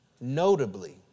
Notably